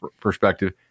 perspective